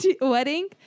wedding